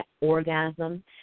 orgasm